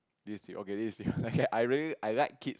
this thing okay this is thing okay I really like kid